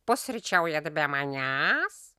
pusryčiaujat be manęs